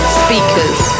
speakers